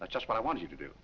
but just what i want you to do